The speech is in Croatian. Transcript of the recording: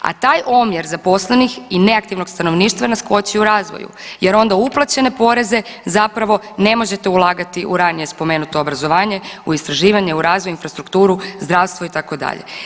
A taj omjer zaposlenih i neaktivnog stanovništva nas koči u razvoju jer onda uplaćene poreze zapravo ne možete ulagati u ranije spomenuto obrazovanje, u istraživanje, u razvoj, u infrastrukturu, zdravstvo itd.